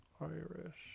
irish